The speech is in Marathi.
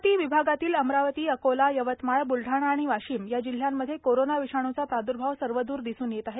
अमरावती विभागातील अमरावती अकोला यवतमाळ ब्लढाणा आणि वाशिम या जिल्ह्यांमध्ये कोरोना विषाणूचा प्रादर्भाव सर्वदूर दिसून येत आहे